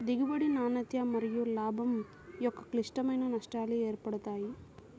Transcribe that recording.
దిగుబడి, నాణ్యత మరియులాభం యొక్క క్లిష్టమైన నష్టాలు ఏర్పడతాయి